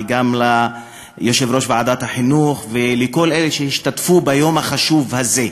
וגם ליושב-ראש ועדת החינוך ולכל אלה שהשתתפו ביום החשוב הזה.